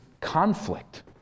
conflict